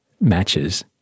matches